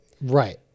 Right